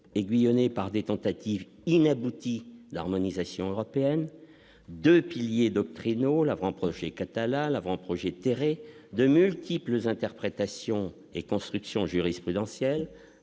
aiguillonné par des tentatives inabouties, l'harmonisation européenne, 2 piliers doctrinaux l'avant-projet Catala, l'avant-projet éthérée de multiples interprétations et construction jurisprudentielle